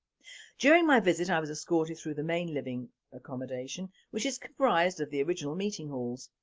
during my visit i was escorted through the main living accommodation which is comprised of the original meeting halls.